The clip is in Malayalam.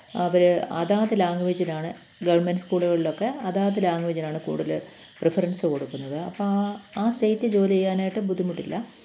അവര് അതാത് ലാങ്വേജിലാണ് ഗവണ്മെന്റ് സ്കൂളുകളിൽ ഒക്കെ അതാത് ലാങ്വേജിനാണ് കൂടുതല് പ്രിഫറന്സ്സ് കൊടുക്കുന്നത് അപ്പം ആ സ്റ്റേയ്റ്റ് ജോലി ചെയ്യാനായിട്ട് ബുദ്ധിമുട്ടില്ല